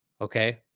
Okay